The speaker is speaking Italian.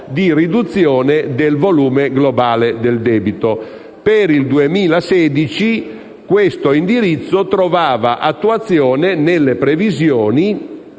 Per il 2016 questo indirizzo trovava attuazione nelle previsioni